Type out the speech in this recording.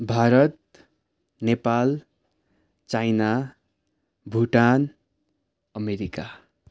Bharat Nepal China Bhutan America